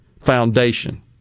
foundation